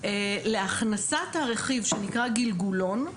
להכנסת הרכיב שנקרא גלגולון,